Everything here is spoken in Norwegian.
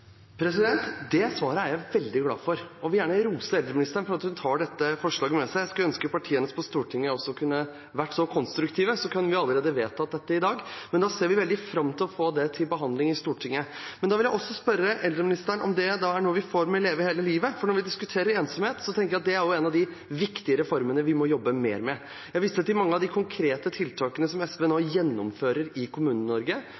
Det svaret er jeg veldig glad for, og jeg vil gjerne rose eldreministeren fordi hun tar dette forslaget med seg. Jeg skulle ønske partiet hennes på Stortinget også kunne ha vært så konstruktive, så kunne vi ha vedtatt dette allerede i dag. Men da ser vi veldig fram til å få det til behandling i Stortinget. Men da vil jeg også spørre eldreministeren om det er noe vi får med Leve hele livet, for når vi diskuterer ensomhet, tenker jeg at det er en av de viktige reformene vi må jobbe mer med. Jeg viste til mange av de konkrete tiltakene som SV